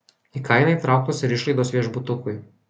į kainą įtrauktos ir išlaidos viešbutukui